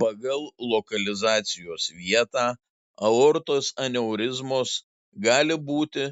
pagal lokalizacijos vietą aortos aneurizmos gali būti